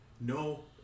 no